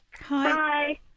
Hi